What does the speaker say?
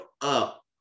up